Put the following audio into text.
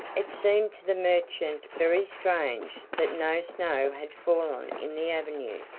it seemed to the merchant very strange that no snow had fallen in the avenue,